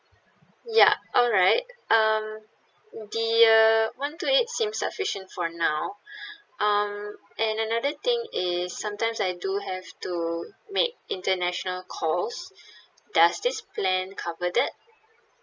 ya alright um the uh one two eight seem sufficient for now um and another thing is sometimes I do have to make international calls does this plan cover that